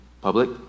public